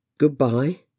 Goodbye